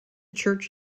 church